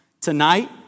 tonight